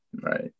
Right